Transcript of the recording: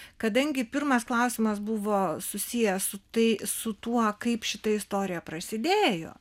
kadangi pirmas klausimas buvo susijęs su tai su tuo kaip šita istorija prasidėjo